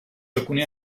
alcuni